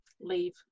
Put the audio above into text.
Leave